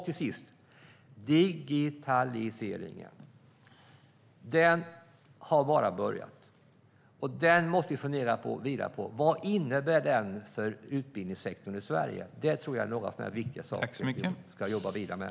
Till sist: Digitaliseringen har bara börjat. Den måste vi fundera vidare på. Vad innebär den för utbildningssektorn i Sverige? Det tror jag är några viktiga saker vi ska jobba vidare med.